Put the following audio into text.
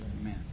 Amen